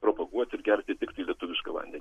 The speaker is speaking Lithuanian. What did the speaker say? propaguot ir gerti tiktai lietuvišką vandenį